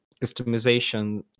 customization